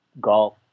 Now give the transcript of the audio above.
golf